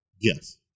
Yes